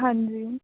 ਹਾਂਜੀ